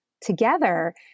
together